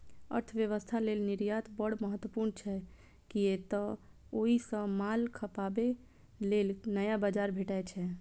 अर्थव्यवस्था लेल निर्यात बड़ महत्वपूर्ण छै, कियै तं ओइ सं माल खपाबे लेल नया बाजार भेटै छै